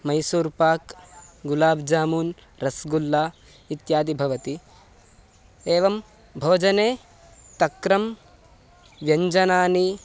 मैसूर्पाक् गुलाब् जामून् रस्गुल्ला इत्यादि भवति एवं भोजने तक्रं व्यञ्जनानि